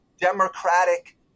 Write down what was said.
democratic